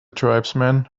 tribesman